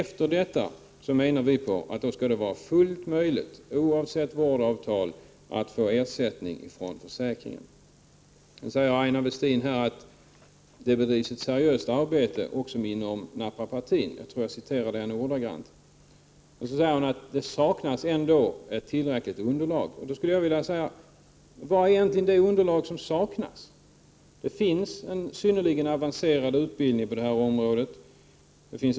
Vi menar att det sedan skall vara fullt möjligt, oavsett vårdavtal, att få ersättning från försäkringen. Aina Westin säger att det bedrivs ett seriöst arbete också inom naprapatin —-jagtror att det är ordagrant vad Aina Westin här säger. Vidare säger hon att det ändå saknas ett tillräckligt underlag. Jag skulle då vilja fråga: Vad är det egentligen för underlag som saknas? Det finns ju en synnerligen avancerad utbildning på detta område.